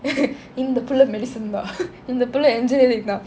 இந்த பிள்ளை:intha pillai medicine தான்:thaan